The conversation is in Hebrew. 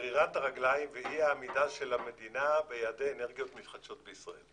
"גרירת הרגליים ואי העמידה של המדינה ביעדי אנרגיות מתחדשות בישראל".